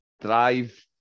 drive